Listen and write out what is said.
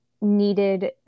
needed